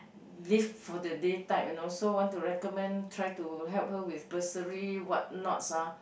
live for the day type you know so want to recommend try to help her with bursary what not ah